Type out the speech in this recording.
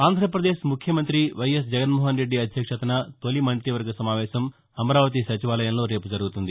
ఆంధ్రాపదేశ్ ముఖ్యమంత్రి వైఎస్ జగన్మోహన్రెడ్లి అధ్యక్షతన తొలి మంత్రివర్గ సమావేశం అమరావతి సచివాలయంలో రేపు జరగనుంది